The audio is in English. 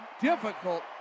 difficult